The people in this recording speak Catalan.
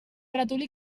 ratolí